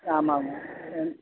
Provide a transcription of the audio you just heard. ஆமாங்க ம்